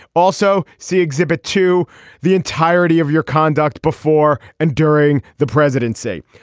also see exhibit two the entirety of your conduct before and during the presidency.